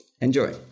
Enjoy